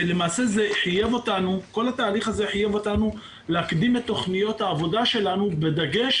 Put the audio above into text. למעשה כל התהליך חייב אותנו להקדים את תכניות העבודה בדגש